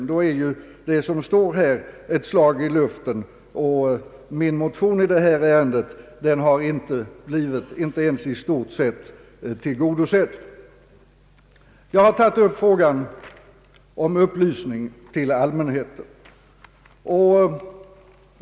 I så fall är ju det som står här ett slag i luften, och min motion i detta ärende har inte ens i stort sett blivit tillgodosedd som det står i utlåtandet. Jag har tagit upp frågan om upplysning till allmänheten.